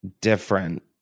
different